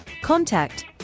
Contact